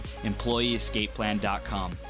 EmployeeEscapePlan.com